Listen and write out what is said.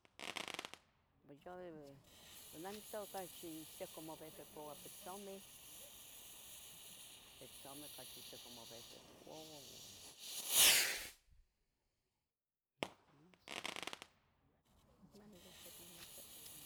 Pue yo debe, pos neh nictoua ocachi ihsiuca mobehbepouah pitzomeh, pitzomeh ocachi ihsiuca mobehbepouah, uam, que más que cosa, bueno yo se que nomas es eso.